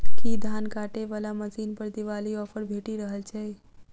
की धान काटय वला मशीन पर दिवाली ऑफर भेटि रहल छै?